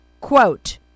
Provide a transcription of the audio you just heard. quote